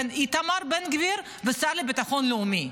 בין איתמר בן גביר והשר לביטחון לאומי.